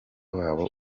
wabo